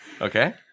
okay